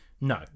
No